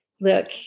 look